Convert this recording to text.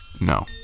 No